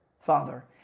Father